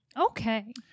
Okay